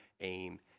aim